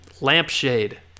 lampshade